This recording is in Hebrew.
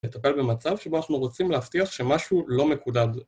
לטפל במצב שבו אנחנו רוצים להבטיח שמשהו לא מקודד.